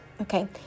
okay